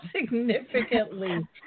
significantly